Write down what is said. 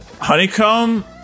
Honeycomb